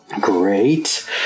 Great